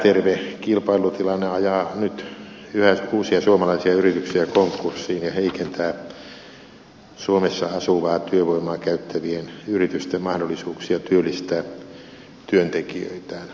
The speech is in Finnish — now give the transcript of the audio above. epäterve kilpailutilanne ajaa nyt yhä uusia suomalaisia yrityksiä konkurssiin ja heikentää suomessa asuvaa työvoimaa käyttävien yritysten mahdollisuuksia työllistää työntekijöitään